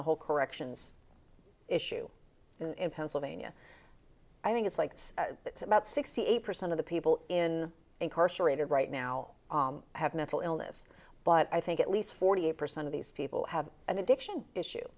the whole corrections issue in pennsylvania i think it's like it's about sixty eight percent of the people in incarcerated right now have mental illness but i think at least forty eight percent of these people have an addiction issue